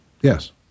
Yes